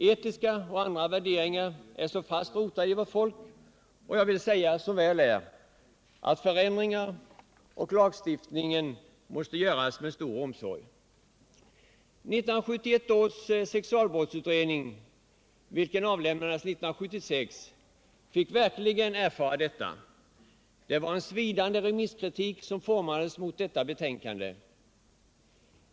Etiska och andra värderingar är så fast rotade i vårt folk — som väl är, skulle jag vilja säga — att förändringar i lagstiftningen måste göras med stor omsorg. 1971 års sexualbrottsutredning, vilken avlämnade sitt betänkande 1976, fick verkligen erfara detta. Det var en svidande remisskritik som formades mot detta betänkande.